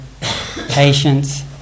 patience